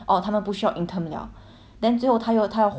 then 只有她又她又换了一个 intern company 你知道吗